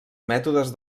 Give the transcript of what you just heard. mètodes